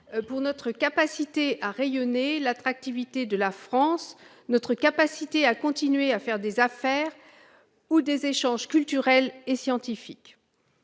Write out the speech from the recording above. à « notre capacité à rayonner, l'attractivité de la France, notre capacité à continuer à faire des affaires ou des échanges culturels ou scientifiques